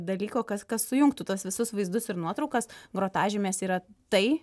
dalyko kas sujungtų tuos visus vaizdus ir nuotraukas grotažymės yra tai